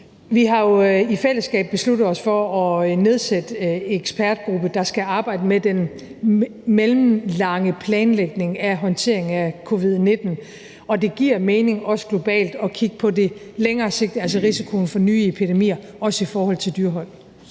Vi har jo i fællesskab besluttet os for at nedsætte en ekspertgruppe, der skal arbejde med den mellemlange planlægning af håndteringen af covid-19, og det giver mening, også globalt, at kigge mere langsigtet på risikoen for nye epidemier, også i forhold til dyrehold.